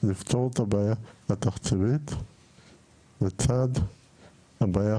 לפתור את הבעיה התקציבית לצד הבעיה